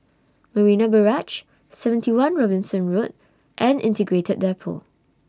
Marina Barrage seventy one Robinson Road and Integrated Depot